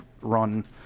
run